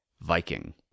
Viking